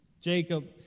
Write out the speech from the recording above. Jacob